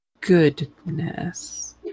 goodness